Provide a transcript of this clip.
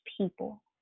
people